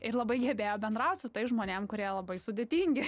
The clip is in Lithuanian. ir labai gebėjo bendraut su tais žmonėm kurie labai sudėtingi